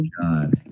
God